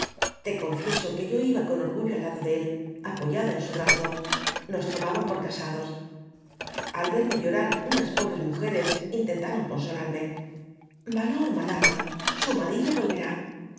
te confieso que yo iba con orgullo al lado de él apoyada en su brazo nos tomaban por casados al verme llorar unas pobre muje res intentaron consolarme valor madama su marido volverá